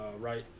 right